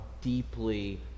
deeply